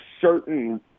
certain